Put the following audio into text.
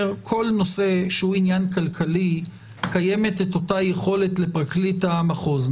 שכל נושא שהוא עניין כלכלי קיימת אותה יכולת לפרקליט המחוז.